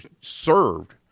served